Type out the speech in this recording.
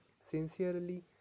sincerely